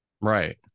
right